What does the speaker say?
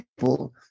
people